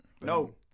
No